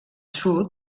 sud